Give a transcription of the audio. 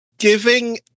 Giving